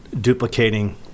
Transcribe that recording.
duplicating